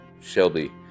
Shelby